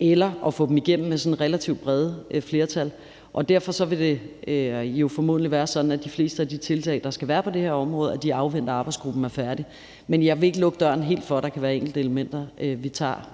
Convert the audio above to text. eller at få dem igennem med sådan relativt brede flertal. Derfor vil det jo formentlig være sådan, at de fleste af de tiltag, der skal være der på det her område, afventer, at arbejdsgruppen er færdig, men jeg vil ikke lukke døren helt for, at der kan være enkelte elementer, vi tager